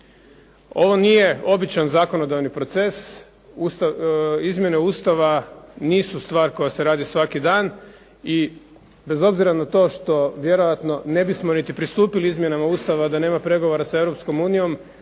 Ovo nije običan zakonodavni proces, izmjene Ustava nisu stvar koja se radi svaki dan i bez obzira na to što vjerojatno ne bismo niti pristupili izmjenama Ustava da nema pregovora sa